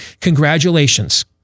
congratulations